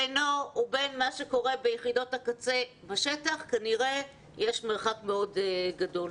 בינו ובין מה שקורה ביחידות הקצה בשטח כנראה יש מרחק מאוד גדול.